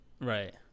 Right